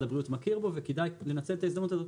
הבריאות מכיר בו וכדאי לנצל את ההזדמנות הזאת